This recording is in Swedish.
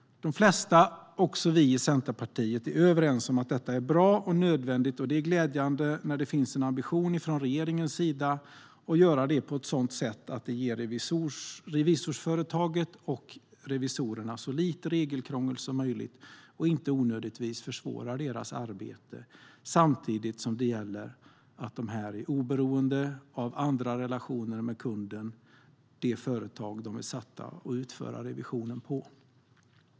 De flesta, även vi i Centerpartiet, är överens om att detta är bra och nödvändigt. Det är glädjande när det från regeringens sida finns en ambition att göra det på ett sådant sätt att det ger revisorsföretagen och revisorerna så lite regelkrångel som möjligt och inte onödigtvis försvårar deras arbete. Samtidigt gäller det att de är oberoende av andra relationer med kunden, det vill säga det företag de är satta att utföra revisionen på.